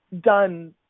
done